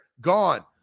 gone